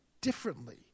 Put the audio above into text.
differently